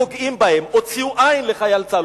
פוגעים בהם, הוציאו עין לחייל צה"ל.